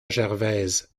gervaise